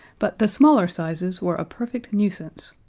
but the smaller sizes were a perfect nuisance.